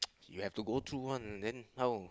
you have to go through one then how